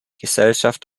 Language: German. gesellschaft